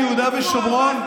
יהודה ושומרון,